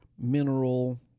mineral